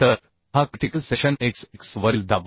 तर हा critical section x x वरील दाब आहे